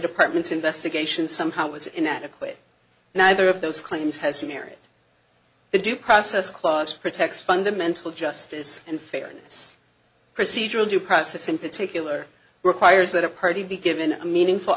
department's investigation somehow was inadequate and either of those claims has some merit the due process clause protects fundamental justice and fairness procedural due process in particular requires that a party be given a meaningful